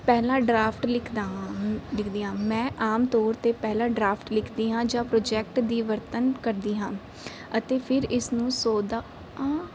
ਪਹਿਲਾਂ ਡਰਾਫਟ ਲਿਖਦਾ ਹਾਂ ਲਿਖਦੀ ਹਾਂ ਮੈਂ ਆਮ ਤੌਰ 'ਤੇ ਪਹਿਲਾਂ ਡਰਾਫਟ ਲਿਖਦੀ ਹਾਂ ਜਾਂ ਪ੍ਰੋਜੈਕਟ ਦੀ ਵਰਤਨ ਕਰਦੀ ਹਾਂ ਅਤੇ ਫਿਰ ਇਸ ਨੂੰ ਸੋਧਦਾ ਆਂ